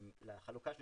לחלוקה של